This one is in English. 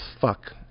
fuck